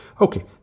Okay